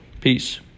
Peace